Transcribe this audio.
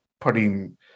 putting